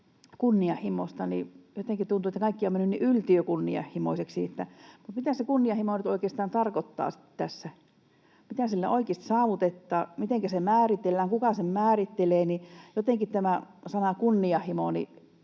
kunnianhimosta, niin jotenkin tuntuu, että kaikki on mennyt yltiökunnianhimoiseksi. Mutta mitä se kunnianhimo nyt oikeastaan tarkoittaa sitten tässä, mitä sillä oikeasti saavutetaan, mitenkä se määritellään, kuka sen määrittelee? Tämä sana ”kunnianhimo”